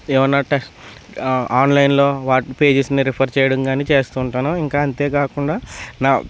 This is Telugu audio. ఏవైనా టేశ్ ఆన్లైన్లో వాటి పేజెస్ని రిఫర్ చేయటం కానీ చేస్తుంటాను ఇంకా అంతే కాకుండా నా